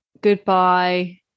Goodbye